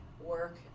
work